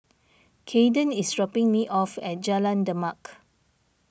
Cayden is dropping me off at Jalan Demak